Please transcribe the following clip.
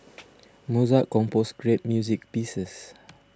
Mozart composed great music pieces